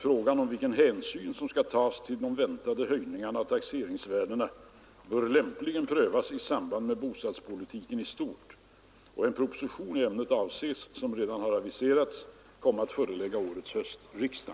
Frågan om vilken hänsyn som skall tas till de väntade höjningarna av taxeringsvärdena bör lämpligen prövas i samband med bostadspolitiken i stort. En proposition i ämnet avses — som redan aviserats — komma att föreläggas årets höstriksdag.